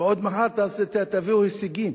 ועוד מחר תביאו הישגים